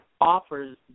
offers